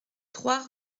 trois